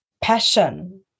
passion